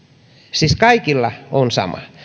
siis kaikilla on sama